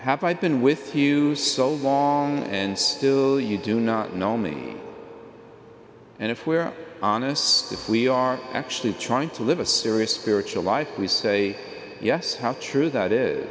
i been with you so long and still you do not know me and if we're honest if we are actually trying to live a serious spiritual life we say yes how true that is